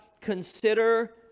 consider